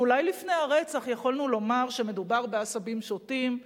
שאולי לפני הרצח יכולנו לומר שמדובר בעשבים שוטים,